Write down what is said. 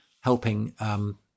helping